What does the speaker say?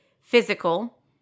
Physical